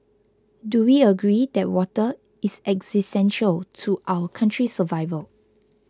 do we agree that water is existential to our country's survival